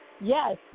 Yes